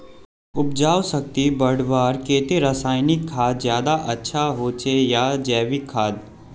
उपजाऊ शक्ति बढ़वार केते रासायनिक खाद ज्यादा अच्छा होचे या जैविक खाद?